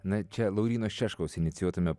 na čia lauryno šeškaus inicijuotame